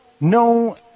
no